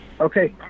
Okay